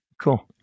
Cool